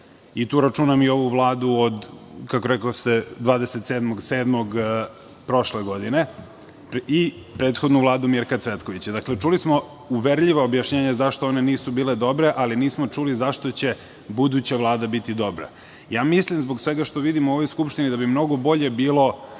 Tu računam i ovu vladu od 27. jula prošle godine i prethodnu vladu Mirka Cvetkovića. Dakle, čuli smo uverljiva objašnjenja zašto one nisu bile dobre, ali nismo čuli zašto će buduća vlada biti dobra? Zbog svega što vidim u ovoj Skupštini mislim da bi mnogo bolje bilo